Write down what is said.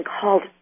called